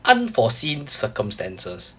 unforeseen circumstances